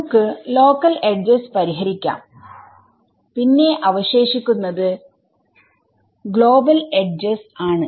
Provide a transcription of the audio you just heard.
നമുക്ക് local edges പരിഹരിക്കാം പിന്നെ അവശേഷിക്കുന്നത് ഗ്ലോബൽ എഡ്ജസ്ആണ്